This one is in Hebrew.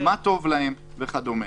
מה טוב להם וכו'.